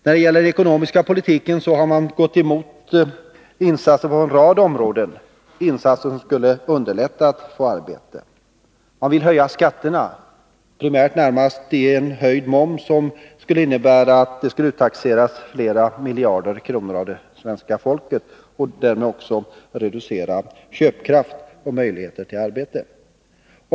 När det gäller den ekonomiska politiken har socialdemokraterna gått emot insatser på en rad områden, insatser som skulle underlätta att få arbete. Ni vill höja skatterna, närmast genom en ökad moms, vilket skulle innebära att det uttaxerades flera miljarder av svenska folket med reducerad köpkraft och minskade möjligheter till arbete som följd.